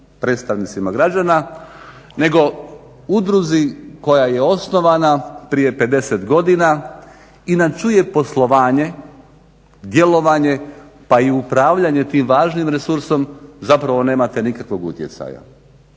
predstavnicima građana nego udruzi koja je osnovana prije 50 godina i na čije poslovanje, djelovanje pa i upravljanje tim važnim resursom zapravo nemate nikakvog utjecaja.